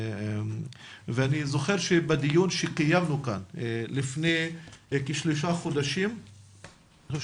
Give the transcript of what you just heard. ואני זוכר שבדיון שקיימנו כאן לפני כשלושה חודשים עלה